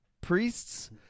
Priests